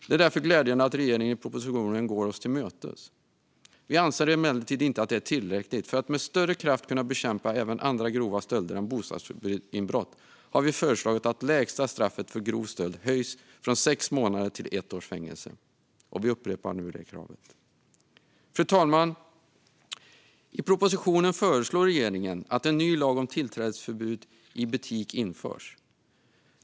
Det är därför glädjande att regeringen i propositionen går oss till mötes. Vi anser emellertid att det inte är tillräckligt. För att med större kraft kunna bekämpa även andra grova stölder än bostadsinbrott har vi föreslagit att lägsta straffet för grov stöld höjs från sex månaders till ett års fängelse. Vi upprepar nu det kravet. Fru talman! I propositionen föreslår regeringen att en ny lag om tillträdesförbud till butik införs.